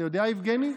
אתה יודע, יבגני?